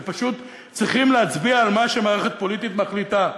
הם פשוט צריכים להצביע על מה שמערכת פוליטית מחליטה,